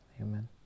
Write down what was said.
Amen